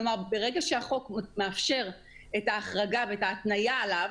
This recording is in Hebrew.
כלומר, ברגע שהחוק מאפשר החרגה והתניה עליו,